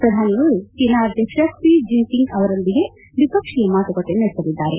ಪ್ರಧಾನಿಯವರು ಚೀನಾ ಅಧ್ಯಕ್ಷ ಕ್ಷಿ ಜಿನ್ಒಂಗ್ ಅವರೊಂದಿಗೆ ದ್ವಿಪಕ್ಷೀಯ ಮಾತುಕತೆ ನಡೆಸಲಿದ್ದಾರೆ